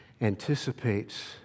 anticipates